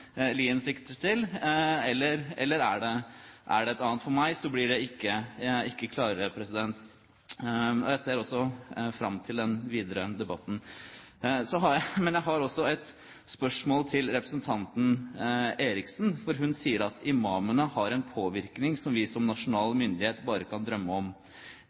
til, eller er det et annet? For meg blir det ikke klarere. Jeg ser også fram til den videre debatten. Så har jeg også et spørsmål til representanten Eriksen, for hun sier at imamene har en påvirkning «som vi som nasjonal myndighet bare kan drømme om».